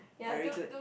very good